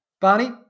Barney